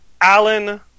Alan